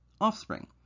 offspring